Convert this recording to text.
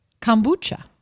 Kombucha